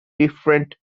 different